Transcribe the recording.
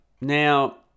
Now